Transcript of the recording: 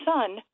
son